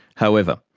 however,